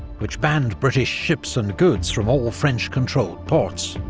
which banned british ships and goods from all french-controlled ports.